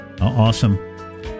Awesome